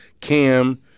Cam